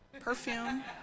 Perfume